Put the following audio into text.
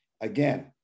again